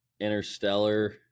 Interstellar